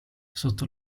sotto